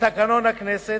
לתקנון הכנסת,